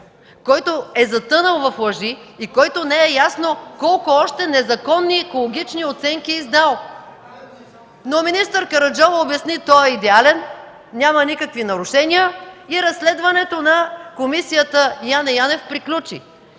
който е затънал в лъжи и който не е ясно колко още незаконни екологични оценки е издал. Но министър Караджова обясни: Той е идеален, няма никакви нарушения и разследването на Комисията Яне Янев приключи.